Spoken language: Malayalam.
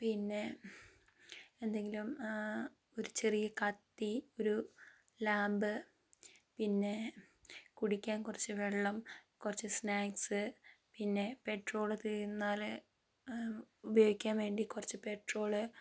പിന്നെ എന്തെങ്കിലും ഒരു ചെറിയ കത്തി ഒരു ലാംബ് പിന്നേ കുടിക്കാൻ കുറച്ച് വെള്ളം കുറച്ച് സ്നാക്സ് പിന്നെ പെട്രോള് തീർന്നാൽ ഉപയോഗിക്കാൻ വേണ്ടി കുറച്ച് പെട്രോള്